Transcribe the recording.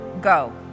go